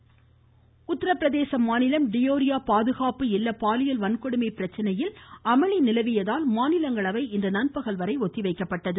மாநிலங்களவை உத்திரபிரதேச மாநிலம் டியோரியா பாதுகாப்பு இல்ல பாலியல் வன்கொடுமை பிரச்சனையில் அமளி நிலவியதால் மாநிலங்களவை இன்று நண்பகல் வரை ஒத்திவைக்கப்பட்டது